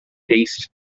tastes